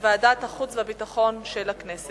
לדיון מוקדם בוועדת החוץ והביטחון נתקבלה.